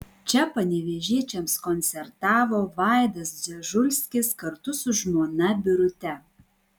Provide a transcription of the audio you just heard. čia panevėžiečiams koncertavo vaidas dzežulskis kartu su žmona birute